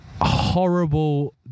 horrible